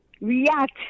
react